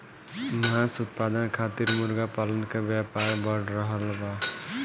मांस उत्पादन खातिर मुर्गा पालन के व्यापार बढ़ रहल बा